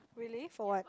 really for what